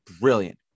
brilliant